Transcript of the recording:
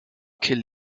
kill